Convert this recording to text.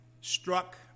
struck